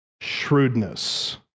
shrewdness